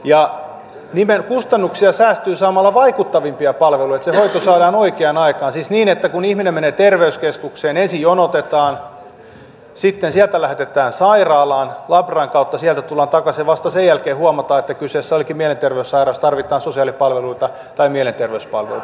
ja kustannuksia säästyy saamalla vaikuttavampia palveluja niin että se hoito saadaan oikeaan aikaan siis ei niin että kun ihminen menee terveyskeskukseen ensin jonotetaan sitten sieltä lähetetään sairaalaan labran kautta sieltä tullaan takaisin ja vasta sen jälkeen huomataan että kyseessä olikin mielenterveyssairaus tarvitaan sosiaalipalveluita tai mielenterveyspalveluita